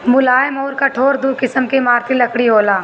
मुलायम अउर कठोर दू किसिम के इमारती लकड़ी होला